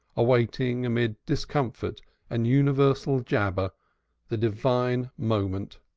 awaiting amid discomfort and universal jabber the divine moment.